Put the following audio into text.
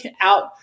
out